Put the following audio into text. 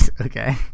Okay